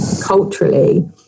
culturally